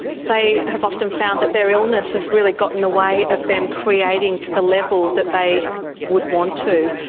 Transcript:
they have often found that their illness has really got and the way of them creating to the level that they would want to.